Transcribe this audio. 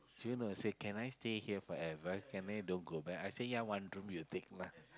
June will say can I stay here forever can I don't go back I say ya one room you take lah